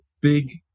big